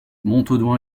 montaudoin